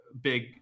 big